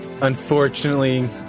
Unfortunately